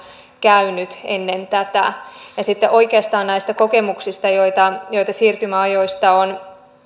käynyt ennen tätä ja sitten oikeastaan näistä kokemuksista joita siirtymäajoista on